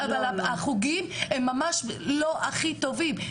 אבל החוגים הם ממש לא הכי טובים.